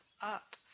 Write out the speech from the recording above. up